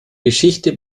geschichte